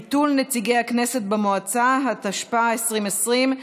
(ביטול נציגי הכנסת במועצה), התשפ"א 2020,